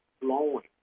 flowing